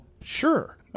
sure